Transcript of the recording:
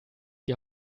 die